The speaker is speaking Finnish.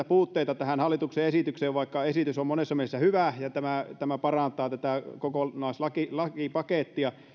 puutteita tässä hallituksen esityksessä vaikka esitys on monessa mielessä hyvä ja tämä tämä parantaa tätä kokonaislakipakettia